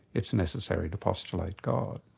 it's necessary to postulate god.